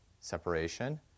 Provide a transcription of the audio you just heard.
separation